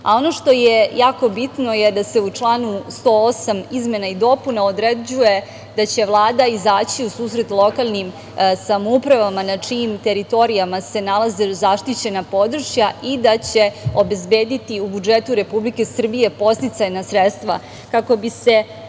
Ono što je jako bitno je da se u članu 108. izmena i dopuna određuje da će Vlada izaći u susret lokalnim samoupravama na čijim teritorijama se nalaze zaštićena područja i da će obezbediti u budžetu Republike Srbije podsticajna sredstva kako bi se